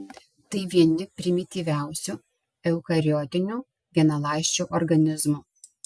tai vieni primityviausių eukariotinių vienaląsčių organizmų